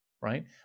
right